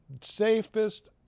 Safest